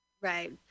right